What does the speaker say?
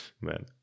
man